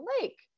lake